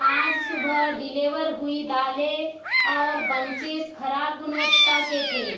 आज सुबह डिलेबर हुई दालें और बंचेस खराब गुणवत्ता के थे